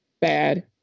bad